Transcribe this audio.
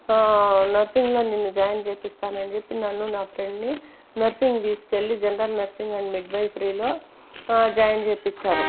ఆ నర్సింగ్లో నిన్ను జాయిన్ చేయిపిస్తాను అని చెప్పి నన్ను నా ఫ్రెండ్ని నర్సింగ్ తీసుకెళ్ళి జనరల్ నర్సింగ్ అండ్ మిడ్ వైఫెరీలో జాయిన్ చేయించారు